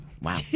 Wow